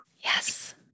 Yes